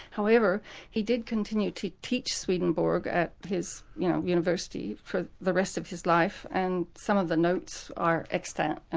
however he did continue to teach swedenborg at his you know university for the rest of his life, and some of the notes are extant, and